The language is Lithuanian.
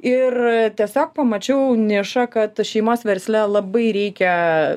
ir tiesiog pamačiau nišą kad šeimos versle labai reikia